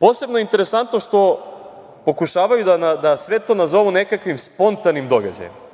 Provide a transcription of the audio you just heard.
Posebno interesantno je to što pokušavaju da sve to nazovu nekakvim spontanim događajem.